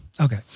Okay